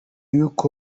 y’uko